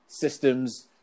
systems